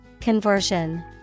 Conversion